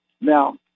Now